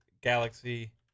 Galaxy